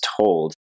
told